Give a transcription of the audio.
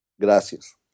Gracias